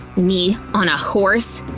me on a horse?